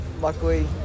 luckily